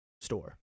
store